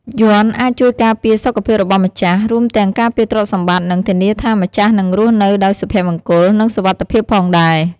យន្តអាចជួយការពារសុខភាពរបស់ម្ចាស់ រួមទាំងការពារទ្រព្យសម្បត្តិ និងធានាថាម្ចាស់នឹងរស់នៅដោយសុភមង្គល និងសុវត្ថិភាពផងដែរ។